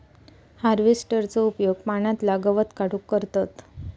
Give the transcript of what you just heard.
हार्वेस्टरचो उपयोग पाण्यातला गवत काढूक करतत